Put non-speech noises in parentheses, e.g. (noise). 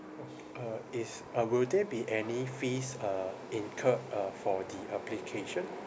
(noise) uh is uh will there be any fees uh incur uh for the application